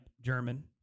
German